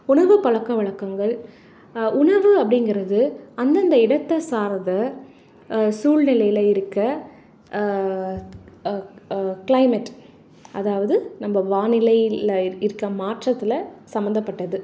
உணவு பழக்கவலக்கங்கள் உணவு அப்படிங்கிறது அந்தந்த இடத்தை சார்ந்த சூழ்நிலையில் இருக்க க்ளைமேட் அதாவது நம்ம வானிலையில் இருக்க மாற்றத்தில் சம்மந்தப்பட்டது